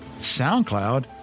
SoundCloud